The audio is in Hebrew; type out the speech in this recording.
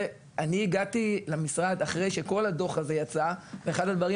אני הגעתי למשרד אחרי שכל הדוח הזה יצא ואחד הדברים